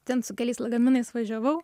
ten su keliais lagaminais važiavau